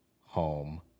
home